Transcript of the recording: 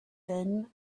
thin